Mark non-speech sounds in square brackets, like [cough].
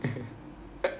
[laughs]